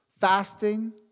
fasting